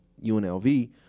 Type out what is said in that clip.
UNLV